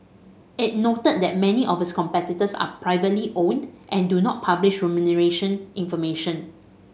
it noted that many of its competitors are privately owned and do not publish remuneration information